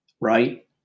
right